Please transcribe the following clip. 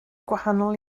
gwahanol